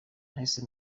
nahise